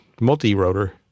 multi-rotor